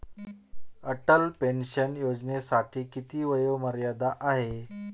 Atal pension योजनेसाठी किती वयोमर्यादा आहे?